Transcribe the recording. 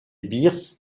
bears